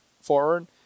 forward